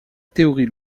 théorie